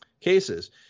cases